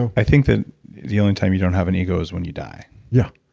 i think that the only time you don't have an ego is when you die yeah.